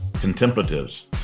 contemplatives